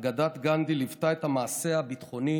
אגדת גנדי ליוותה את המעשה הביטחוני